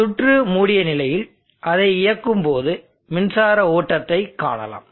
சுற்று மூடிய நிலையில் அதை இயக்கும்போது மின்சார ஓட்டத்தை காணலாம்